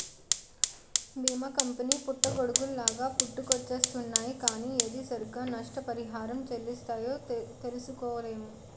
బీమా కంపెనీ పుట్టగొడుగుల్లాగా పుట్టుకొచ్చేస్తున్నాయ్ కానీ ఏది సరిగ్గా నష్టపరిహారం చెల్లిస్తాయో తెలుసుకోలేము